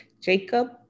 Jacob